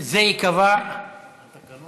זה ייקבע בתקנון.